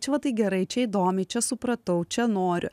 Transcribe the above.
čia va tai gerai čia įdomiai čia supratau čia noriu